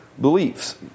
beliefs